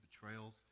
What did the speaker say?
betrayals